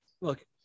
Look